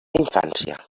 infància